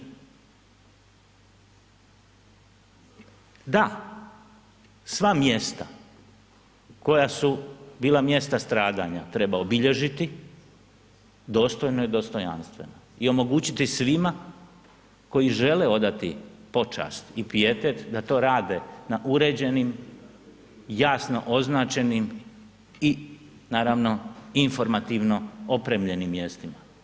Da, sva mjesta koja su bila mjesta stradanja treba obilježiti dostojno i dostojanstveno i omogućiti svima koji žele odati počast i pijetet da to rade na uređenim, jasno označenim i naravno, informativno opremljenim mjestima.